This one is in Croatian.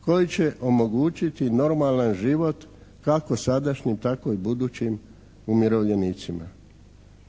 koji će omogućiti normalan život kako sadašnjim tako i budućim umirovljenicima.